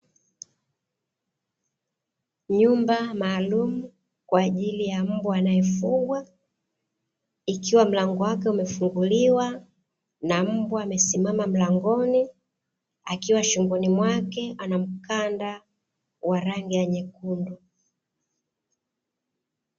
Nyumba maalumu kwaajili ya mbwa anaefugwa ikiwa mlango wake umefunguliwa na mbwa amesimama mlangoni, akiwa shingoni mwake ana mkanda wa rangi nyekundu.